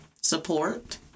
support